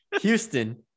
Houston